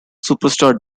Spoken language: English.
superstar